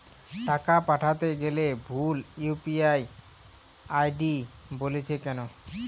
টাকা পাঠাতে গেলে ভুল ইউ.পি.আই আই.ডি বলছে কেনো?